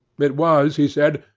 it was, he said,